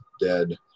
dead